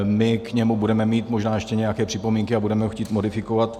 My k němu budeme mít možná ještě nějaké připomínky a budeme ho chtít modifikovat.